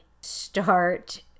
start